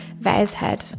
Weisheit